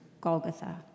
Golgotha